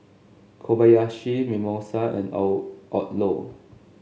Kobayashi Mimosa and Odlo